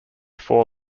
four